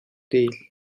değil